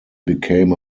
became